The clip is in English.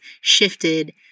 shifted